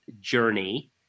journey